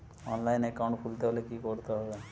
অনলাইনে একাউন্ট খুলতে হলে কি করতে হবে?